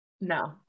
No